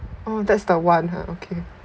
oh that's the one ha okay